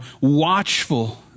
watchful